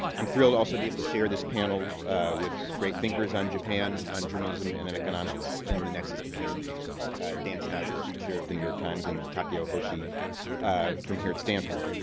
i'm thrilled, also, to be able to share this panel with great thinkers on japan, on journalism and and economics, and the nexus between them dan sneider, sue chira of the new york times, and takeo hoshi from here at stanford.